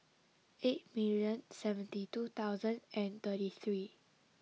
eight million seventy two thousand and thirty three